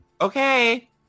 Okay